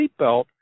seatbelt